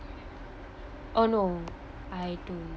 oh no I to